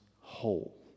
whole